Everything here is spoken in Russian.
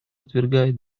отвергает